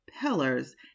pillars